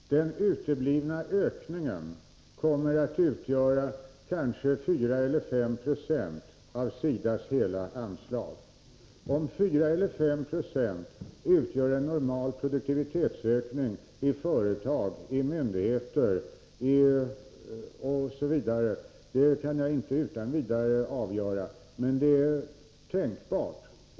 Herr talman! Den uteblivna ökningen kommer att utgöra kanske 4 eller 5 96 av SIDA:s hela anslag. Om 4 eller 5 96 utgör en normal produktivitetsökning i företag, myndigheter osv., kan jag inte utan vidare avgöra, men det är tänkbart.